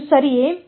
ಅದು ಸರಿಯೇ